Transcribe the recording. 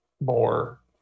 more